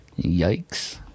Yikes